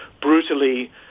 brutally